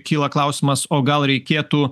kyla klausimas o gal reikėtų